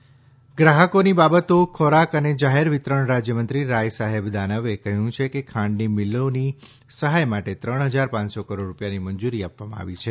લોકસભા ખાંડ ગ્રાહકોની બાબતો ખોરાક ને જાહેર વિતરણ રાજયમંત્રી રાય સાહેબ દાનવે કહયું છે કે ખાંડની મિલોની સહાય માટે ત્રણ હજાર પાંચસો કરોડ રૂપિયાની મંજુરી આપવામાં આવી છે